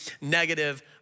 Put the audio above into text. negative